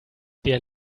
der